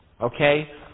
Okay